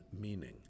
meaning